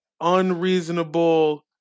unreasonable